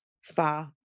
spa